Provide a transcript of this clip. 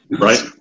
Right